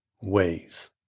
ways